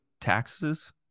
taxes